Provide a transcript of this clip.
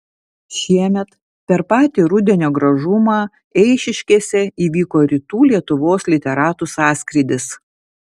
šiemet per patį rudenio gražumą eišiškėse įvyko rytų lietuvos literatų sąskrydis